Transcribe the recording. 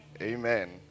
Amen